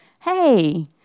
hey